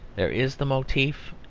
there is the motif,